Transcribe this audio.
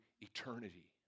eternity